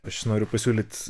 aš noriu pasiūlyt